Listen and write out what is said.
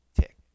tick